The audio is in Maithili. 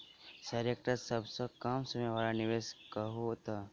सर एकटा सबसँ कम समय वला निवेश कहु तऽ?